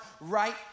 right